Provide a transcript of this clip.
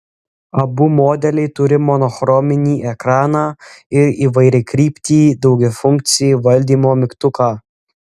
abu modeliai turi monochrominį ekraną ir įvairiakryptį daugiafunkcį valdymo mygtuką